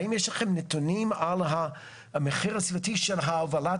האם יש לכם נתונים על המחיר הספציפי של הובלת